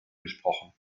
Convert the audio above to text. gesprochen